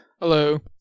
Hello